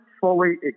fully